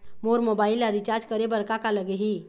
मोर mobile ला recharge करे बर का का लगही?